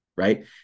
Right